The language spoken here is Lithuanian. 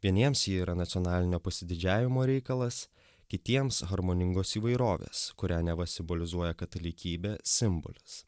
vieniems ji yra nacionalinio pasididžiavimo reikalas kitiems harmoningos įvairovės kurią neva simbolizuoja katalikybę simbolis